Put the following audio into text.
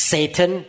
Satan